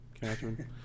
Catherine